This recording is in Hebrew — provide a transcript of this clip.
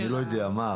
אני לא יודע מה,